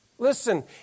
Listen